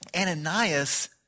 Ananias